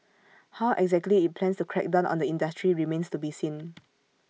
how exactly IT plans to crack down on the industry remains to be seen